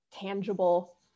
tangible